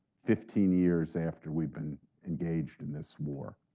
fifteen years after we've been engaged in this war.